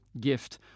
gift